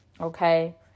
okay